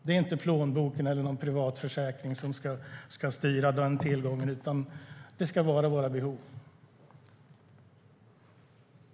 Det är inte plånboken eller någon privat försäkring som ska styra den tillgången, utan det ska vara våra behov.